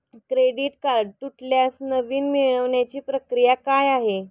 Credit card तुटल्यास नवीन मिळवण्याची प्रक्रिया काय आहे?